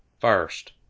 first